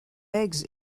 eggs